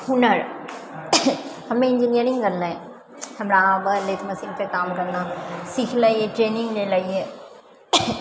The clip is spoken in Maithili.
हुनर हमे इन्जीनियरिंग करनाइ हमरा आबै अछि मशीन पर काम करना सिखलए ट्रेनिंग लेने रहिए